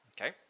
okay